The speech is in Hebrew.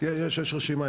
יש רשימה.